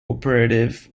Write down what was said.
operative